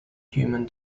human